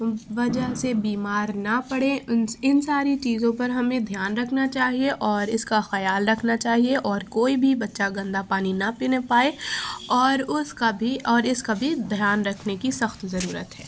وجہ سے بیمار نہ پڑیں ان ساری چیزوں پر ہمیں دھیان رکھنا چاہیے اور اس کا خیال رکھنا چاہیے اور کوئی بھی بچہ گندہ پانی نہ پینے پائے اور اس کا بھی اور اس کا بھی دھیان رکھنے کی سخت ضرورت ہے